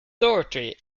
doherty